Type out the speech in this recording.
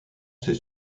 ses